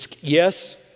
Yes